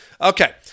Okay